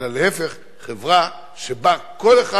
אלא להיפך, חברה שבה כל אחד